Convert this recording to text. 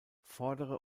vordere